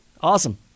awesome